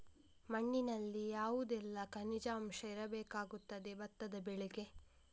ಮಣ್ಣಿನಲ್ಲಿ ಯಾವುದೆಲ್ಲ ಖನಿಜ ಅಂಶ ಇರಬೇಕಾಗುತ್ತದೆ ಭತ್ತದ ಬೆಳೆಗೆ?